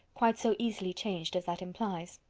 quite so easily changed as that implies.